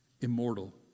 immortal